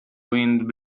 wind